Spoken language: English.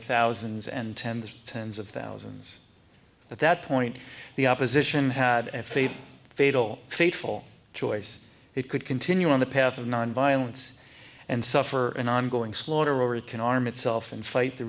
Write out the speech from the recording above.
r thousands and tens and tens of thousands at that point the opposition had a fait fatal fateful choice it could continue on the path of nonviolence and suffer an ongoing slaughter or it can arm itself and fight the